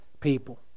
people